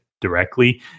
directly